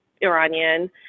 Iranian